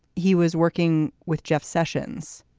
he was working with jeff sessions.